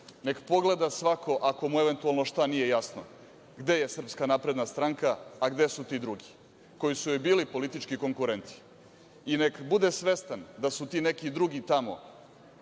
Nek pogleda svako, ako mu eventualno nešto nije jasno, gde je SNS, a gde su ti drugi koji su joj bili politički konkurenti i nek bude svestan da su ti neki drugi tamo,